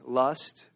lust